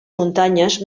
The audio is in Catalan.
muntanyes